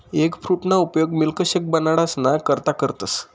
एगफ्रूटना उपयोग मिल्कशेक बनाडाना करता करतस